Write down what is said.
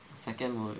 second one